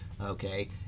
okay